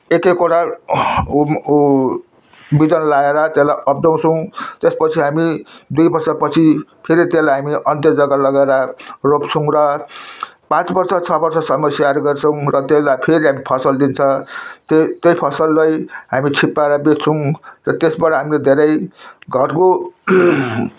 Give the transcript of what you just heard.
एक एकवटा बिजन लगाएर त्यसलाई अपनाउछौँ त्यस पछि हामी दुई बर्ष पछि फेरि त्यसलाई हामीले अन्त्य जगा लगेर रोप्छौँ र पाँच बर्ष छ बर्षसम्म स्याहार गर्छौँ र त्यसलाई फेरि त्यसले हामीलाई फसल दिन्छ र त्यही फसललाई हामी छिप्प्याएर बेच्छौँ र त्यसबाट हामी धेरै घरको